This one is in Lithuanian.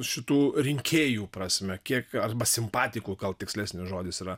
šitų rinkėjų prasme kiek arba simpatikų gal tikslesnis žodis yra